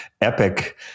epic